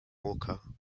walker